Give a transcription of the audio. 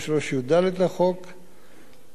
יש איסור מוחלט על מעסיק